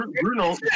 Bruno